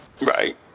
Right